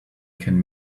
can